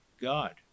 God